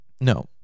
No